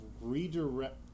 redirect